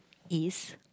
is